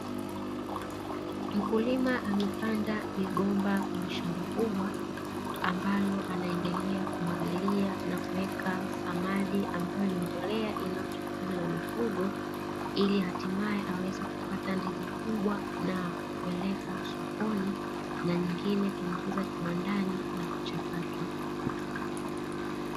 Mkulima amepanda migomba kwenye shamba kubwa ambalo anaendelea kumwagilia na kuweka samadi, ambayo ni mbolea inayotokana na mifugo ili hatimaye aweze kupata ndizi kubwa na kupeleka sokoni na nyingine kuingiza kiwandani na kuchakata.